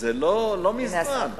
וזה לא מזמן, הנה, השר חזר.